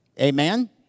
Amen